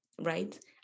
right